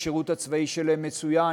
השירות הצבאי שלהם מצוין,